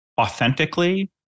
authentically